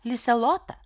lise lota